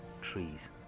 trees